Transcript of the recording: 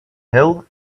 hill